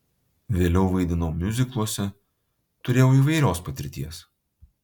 vėliau vaidinau miuzikluose turėjau įvairios patirties